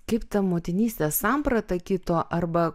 kaip ta motinystės samprata kito arba